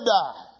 die